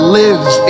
lives